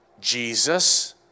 Jesus